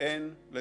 תודה רבה.